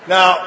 Now